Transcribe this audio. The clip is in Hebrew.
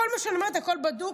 כל מה שאני אומרת, הכול בדוק.